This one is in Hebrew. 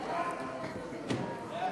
סעיפים 1